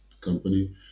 company